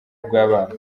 bw’abana